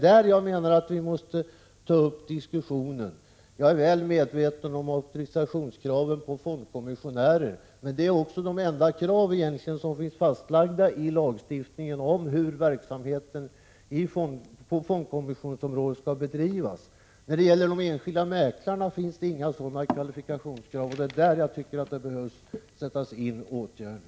Här menar jag att vi måste ta upp en diskussion. Jag är väl medveten om auktorisationskraven när det gäller fondkommissionärer. Dessa krav är egentligen de enda som finns fastlagda i lagstiftningen om hur verksamheten på fondkommissionsområdet skall bedrivas. När det gäller de enskilda mäklarna finns det inga sådana kvalifikationskrav, och det är därför som jag tycker att det behöver vidtas åtgärder.